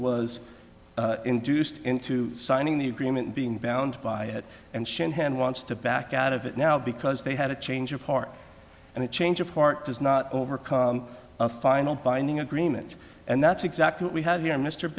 was induced into signing the agreement being bound by it and shanahan wants to back out of it now because they had a change of heart and a change of heart does not overcome a final binding agreement and that's exactly what we have here mr